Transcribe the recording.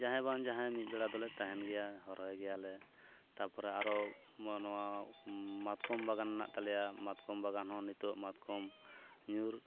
ᱡᱟᱦᱟᱸᱭ ᱵᱟᱝ ᱡᱟᱦᱟᱸᱭ ᱢᱤᱫᱵᱮᱲᱟ ᱫᱚᱞᱮ ᱛᱟᱦᱮᱱ ᱜᱮᱭᱟ ᱦᱚᱨᱦᱚᱭ ᱜᱮᱭᱟᱞᱮ ᱛᱟᱯᱚᱨᱮ ᱟᱨᱚ ᱱᱚᱜᱼᱚ ᱱᱚᱣᱟ ᱢᱟᱛᱠᱚᱢ ᱵᱟᱜᱟᱱ ᱢᱮᱱᱟᱜ ᱛᱟᱞᱮᱭᱟ ᱢᱟᱛᱠᱚᱢ ᱵᱟᱜᱟᱱ ᱦᱚᱸ ᱱᱤᱛᱚᱜ ᱢᱟᱛᱠᱚᱢ ᱧᱩᱨ